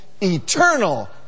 eternal